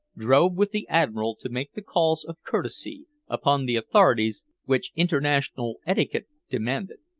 drove with the admiral to make the calls of courtesy upon the authorities which international etiquette demanded.